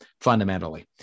fundamentally